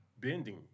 bending